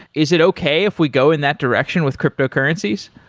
is it okay if we go in that direction with cryptocurrencies?